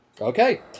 Okay